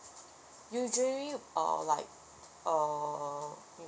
usually uh like err